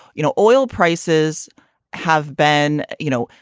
you know, oil prices have been, you know,